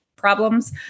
problems